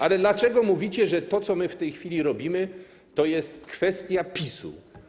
Ale dlaczego mówicie, że to, co my w tej chwili robimy, to jest kwestia PiS-u?